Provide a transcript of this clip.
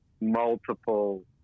multiple